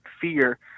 fear